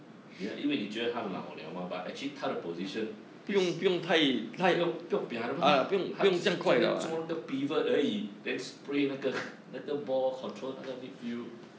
ya 因为你觉得他老 liao 吗 but actually 他的 position is 不用不用 pia 的吗他只是这边抓那个 pivot 而已 then spray 那个那个 ball control 那个 mid field